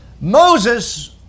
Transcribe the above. Moses